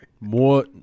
more